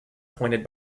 appointed